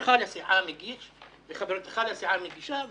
שחברך לסיעה מגיש וחברתך לסיעה מגישה,